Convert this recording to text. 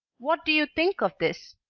what do you think of this?